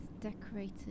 decorated